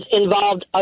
involved